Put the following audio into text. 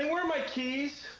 are my keys!